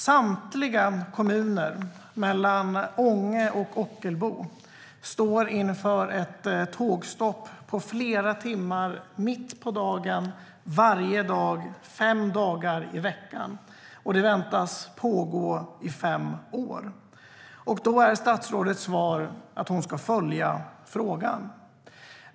Samtliga kommuner mellan Ånge och Ockelbo står inför ett tågstopp på flera timmar mitt på dagen varje dag fem dagar i veckan, och det väntas pågå i fem år. Statsrådets svar är att hon ska följa frågan.